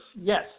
Yes